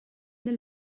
del